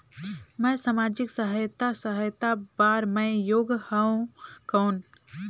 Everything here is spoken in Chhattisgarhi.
मैं समाजिक सहायता सहायता बार मैं योग हवं कौन?